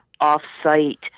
off-site